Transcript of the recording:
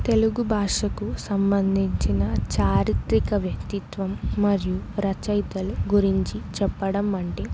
తెలుగు భాషకు సంబంధించిన చారిత్రిక వ్యక్తిత్వం మరియు రచయితలు గురించి చెప్పడం అంటే